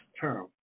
term